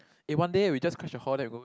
eh one day we just crash your hall then we go